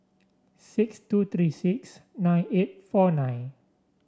six two three six nine eight four nine